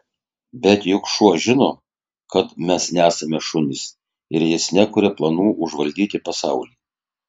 bet juk šuo žino kad mes nesame šunys ir jis nekuria planų užvaldyti pasaulį